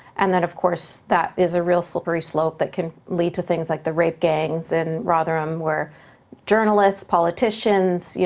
and then, of course, that is a real slippery slope that can lead to things like the rape gangs in rotherham, where journalists, politicians, yeah